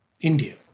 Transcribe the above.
India